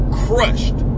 crushed